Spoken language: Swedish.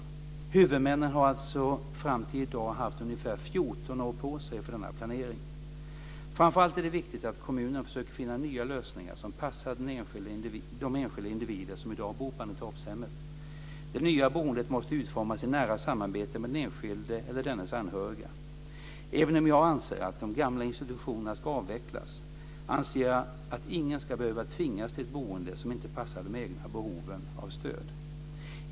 Huvudmännen har alltså fram till i dag haft ungefär 14 år på sig för denna planering. Framför allt är det viktigt att kommunen försöker finna nya lösningar som passar de enskilda individer som i dag bor på Annetorpshemmet. Det nya boendet måste utformas i nära samarbete med den enskilde eller dennes anhöriga. Även om jag anser att de gamla institutionerna ska avvecklas anser jag att ingen ska behöva tvingas till ett boende som inte passar de egna behoven av stöd.